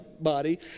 body